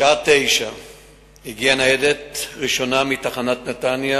בשעה 09:00 הגיעה למקום ניידת ראשונה מתחנת נתניה